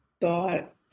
thought